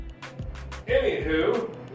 Anywho